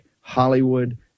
Hollywood